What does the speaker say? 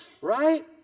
right